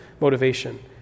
motivation